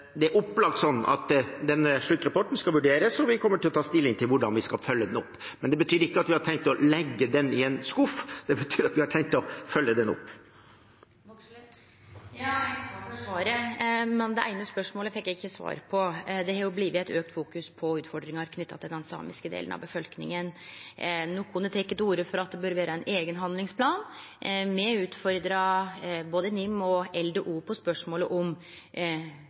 Det er opplagt slik at den sluttrapporten skal vurderes, og vi kommer til å ta stilling til hvordan vi skal følge den opp. Det betyr ikke at vi har tenkt å legge den i en skuff, det betyr at vi har tenkt å følge den opp. Eg takkar for svaret, men det eine spørsmålet fekk eg ikkje svar på. Det er i auka grad blitt fokusert på utfordringar knytte til den samiske delen av befolkninga. Nokon har teke til orde for at det bør vere ein eigen handlingsplan. Me utfordra både NIM og LDO på spørsmålet om